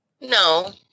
No